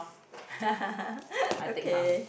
okay